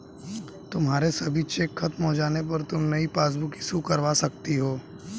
तुम्हारे सभी चेक खत्म हो जाने पर तुम नई चेकबुक इशू करवा सकती हो